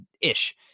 ish